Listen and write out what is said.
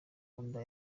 nda